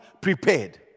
Prepared